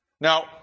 Now